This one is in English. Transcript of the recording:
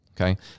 Okay